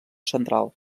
central